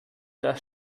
das